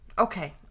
Okay